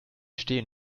stehen